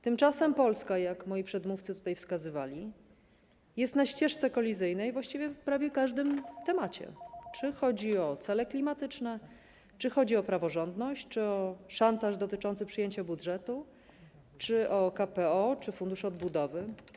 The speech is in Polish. Tymczasem Polska, jak moi przedmówcy wskazywali, jest na ścieżce kolizyjnej właściwie w prawie każdym temacie: czy chodzi o cele klimatyczne, czy chodzi o praworządność, czy o szantaż dotyczący przyjęcia budżetu, czy o KPO, czy Fundusz Odbudowy.